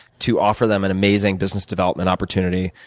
to offer them an amazing business development opportunity,